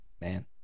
man